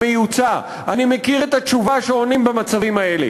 אני מכיר את התשובה שנותנים במצבים האלה.